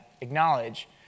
acknowledge